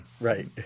Right